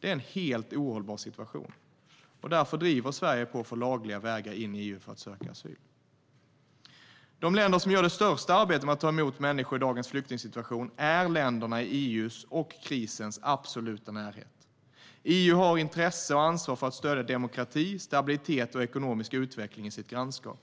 Det är en helt ohållbar situation, och därför driver Sverige på för lagliga vägar in i EU för att söka asyl.De länder som gör det största arbetet med att ta emot människor i dagens flyktingsituation är länderna i EU:s och krisens absoluta närhet. EU har intresse och ansvar för att stödja demokrati, stabilitet och ekonomisk utveckling i sitt grannskap.